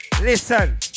Listen